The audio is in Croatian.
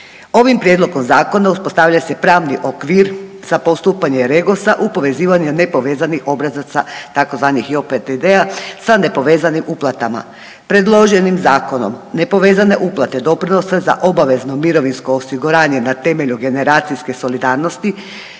Ovim Prijedlogom zakona uspostavlja se pravni okvir za postupanje REGOS-a u povezivanje nepovezanih obrazaca tzv. JOPDD-a sa nepovezanim uplatama. Predloženim zakonom nepovezane uplate doprinosa za obavezno mirovinsko osiguranje na temelju generacijske solidarnosti